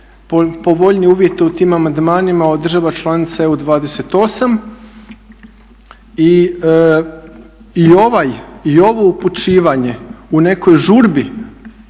povoljnije uvjete u tim amandmanima od država članica EU28. I ovo upućivanje u nekoj žurbi